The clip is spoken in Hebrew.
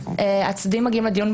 הצדדים מגיעים לדיון,